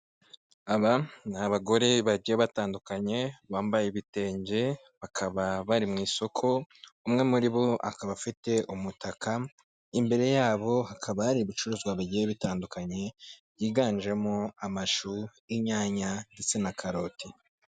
Aba ni abagore bagiye batandukanye bambaye ibitenge bakaba bari mu isoko, umwe muri bo akaba afite umutaka, imbere yabo hakaba hari ibicuruzwa bigiye bitandukanye byiganjemo amashu, inyanya, ndetse na karoti.